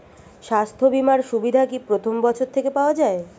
স্বাস্থ্য বীমার সুবিধা কি প্রথম বছর থেকে পাওয়া যায়?